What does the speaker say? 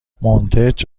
منتج